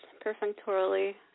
perfunctorily